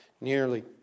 nearly